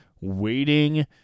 waiting